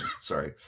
sorry